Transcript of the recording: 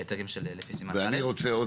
להיתרים לפי סימן --- אני רוצה עוד